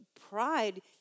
pride